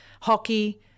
hockey